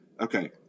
Okay